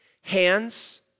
Hands